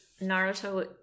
Naruto